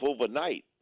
overnight